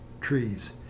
trees